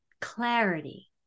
clarity